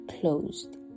closed